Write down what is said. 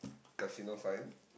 casino sign